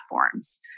platforms